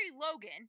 Logan